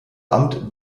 amt